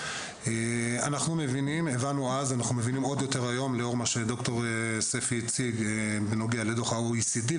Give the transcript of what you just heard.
ואנחנו מבינים עוד יותר היום לאור מה שד"ר ספי אמר בנוגע לדוח ה-OECD,